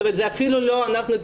אפילו אנחנו,